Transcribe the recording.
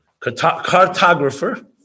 cartographer